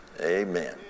Amen